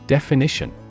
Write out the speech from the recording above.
Definition